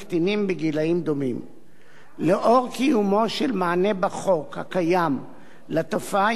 לאור קיומו של מענה בחוק הקיים לתופעה שעמה הצעת החוק מבקשת להתמודד,